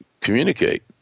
communicate